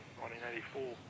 1984